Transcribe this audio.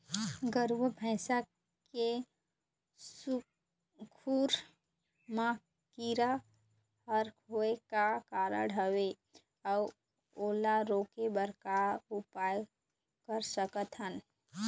गरवा भैंसा के खुर मा कीरा हर होय का कारण हवए अऊ ओला रोके बर का उपाय कर सकथन?